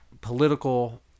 political